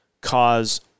cause